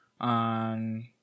on